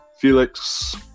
Felix